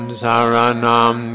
saranam